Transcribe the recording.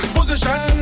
Position